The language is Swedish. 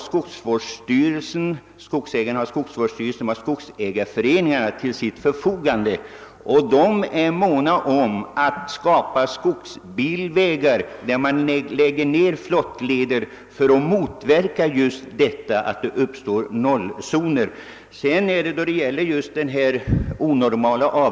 Skogsägarna har nämligen skogsvårdsstyrelsen och skogsägarföreningarna till sitt förfogande, och dessa organ är måna om att det byggs skogsbilvägar för att motverka att det uppstår nollzoner efter nedläggningen av flottleder.